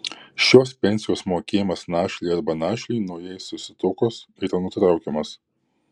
šios pensijos mokėjimas našlei arba našliui naujai susituokus yra nutraukiamas